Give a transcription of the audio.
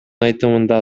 айтымында